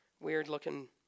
weird-looking